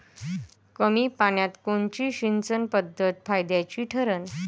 कमी पान्यात कोनची सिंचन पद्धत फायद्याची ठरन?